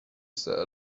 said